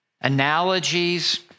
analogies